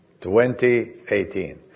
2018